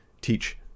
teach